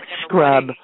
scrub